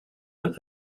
but